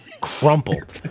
Crumpled